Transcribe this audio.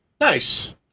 Nice